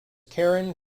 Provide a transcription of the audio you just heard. karen